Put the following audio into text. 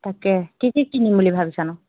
তাকে কি কি কিনিম বুলি ভাবিছানো